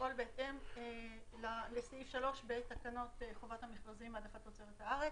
לפעול בהתאם לסעיף 3 בתקנות חובת המכרזים (העדפת תוצרת הארץ).